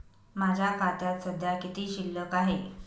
माझ्या खात्यात सध्या किती शिल्लक आहे?